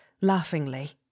laughingly